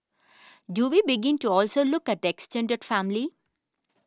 do we begin to also look at the extended family